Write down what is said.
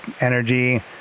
energy